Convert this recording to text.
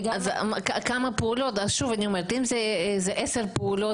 אז אני אומרת שוב: אם אלה עשר פעולות